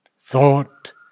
Thought